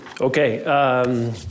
Okay